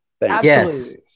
Yes